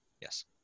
yes